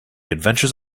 adventures